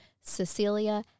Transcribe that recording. Cecilia